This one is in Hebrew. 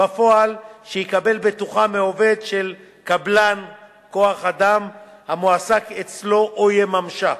בפועל שיקבל בטוחה מעובד של קבלן כוח-אדם המועסק אצלו או יממשה,